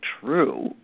true